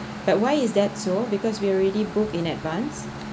but why is that so because we already book in advance